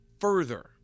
further